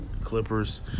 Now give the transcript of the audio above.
Clippers